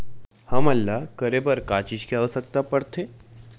हमन ला करे बर का चीज के आवश्कता परथे?